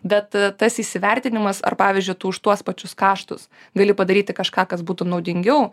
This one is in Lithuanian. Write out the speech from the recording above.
bet tas įsivertinimas ar pavyzdžiui tu už tuos pačius kaštus gali padaryti kažką kas būtų naudingiau